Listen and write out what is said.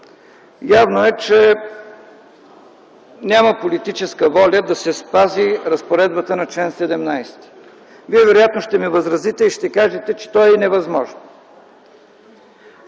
Явно е, че няма политическа воля да се спази разпоредбата на чл. 17. Вие вероятно ще ми възразите и ще кажете, че това е невъзможно.